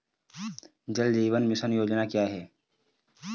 जल जीवन मिशन योजना क्या है?